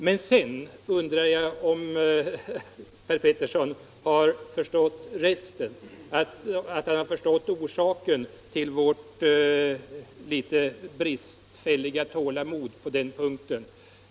Sedan undrar jag om herr Petersson förstått resten, alltså orsaken till vårt litet bristfälliga tålamod på den punkten.